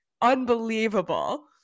unbelievable